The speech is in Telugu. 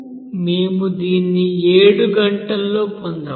మేము దీన్ని 7 గంటల్లో పొందవచ్చు